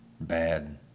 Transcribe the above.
bad